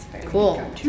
cool